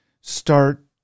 start